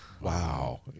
Wow